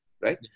right